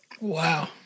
Wow